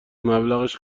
مبلغش